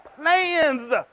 plans